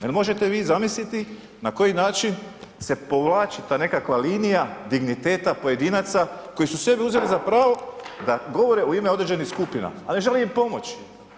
Jel možete vi zamisliti na koji način se povlači ta nekakva linija digniteta pojedinaca koji su sebi uzeli za pravo da govore u ime određenih skupina, a ne žele im pomoći?